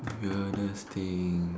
weirdest thing